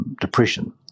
depression